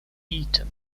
eton